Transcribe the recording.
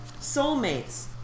soulmates